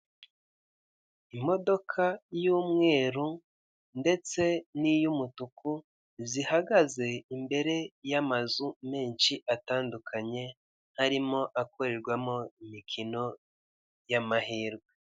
Imodoka y'umweru ndetse niy'umutuku zihagaze imbere y'amazu menshi atandukanye harimo akorerwamo imikino y'amahirwe.